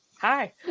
Hi